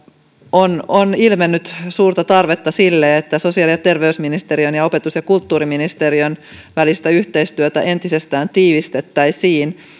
niin on ilmennyt suurta tarvetta sille että sosiaali ja terveysministeriön ja opetus ja kulttuuriministeriön välistä yhteistyötä entisestään tiivistettäisiin